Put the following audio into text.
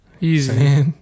Easy